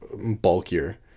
bulkier